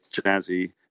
jazzy